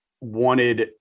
wanted